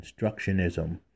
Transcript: Constructionism